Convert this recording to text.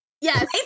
Yes